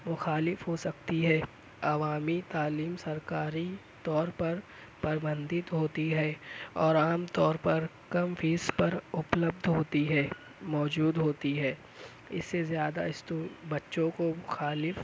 مخالف ہو سکتی ہے عوامی تعلیم سرکاری طور پر پربندھت ہوتی ہے اور عام طور پر کم فیس پر اپلبدھ ہوتی ہے موجود ہوتی ہے اس سے زیادہ بچوں کو مخالف